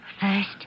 first